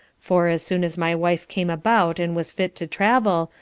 for, as soon as my wife came about and was fit to travel,